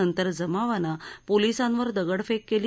नंतर जमावानं पोलिसांवर दगडफेक केली